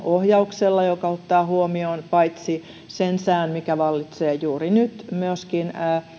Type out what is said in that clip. ohjauksella joka ottaa huomioon paitsi sen sään mikä vallitsee juuri nyt myöskin